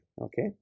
Okay